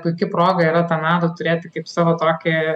puiki proga yra tą medų turėti kaip savo tokį